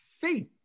faith